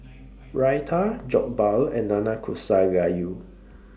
Raita Jokbal and Nanakusa Gayu